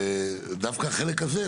ודווקא החלק הזה,